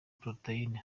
poroteyine